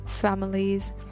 families